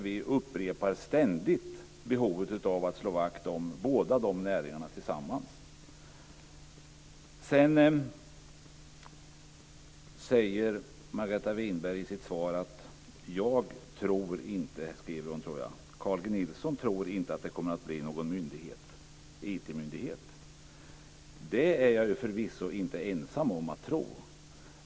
Vi upprepar ständigt behovet av att slå vakt om båda de näringarna tillsammans. Sedan säger Margareta Winberg i sitt svar att Carl G Nilsson inte tror att det kommer att bli någon IT myndighet. Det är jag förvisso inte ensam om att inte tro.